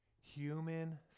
human